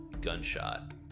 gunshot